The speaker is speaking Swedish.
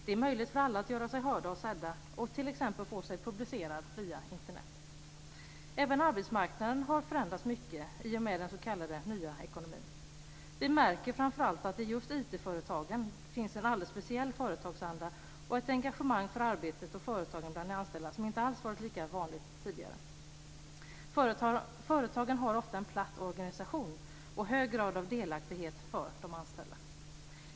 Det är möjligt för alla att göra sig hörda och sedda och att t.ex. få sig publicerad via Internet. Även arbetsmarknaden har förändrats mycket i och med den s.k. nya ekonomin. Vi märker att det i framför allt IT-företagen finns en alldeles speciell företagsanda och ett engagemang för arbetet och företagen bland de anställda som inte alls varit lika vanligt tidigare. Företagen har ofta en platt organisation och en hög grad av delaktighet för de anställda.